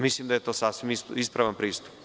Mislim, da je to sasvim ispravan pristup.